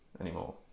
anymore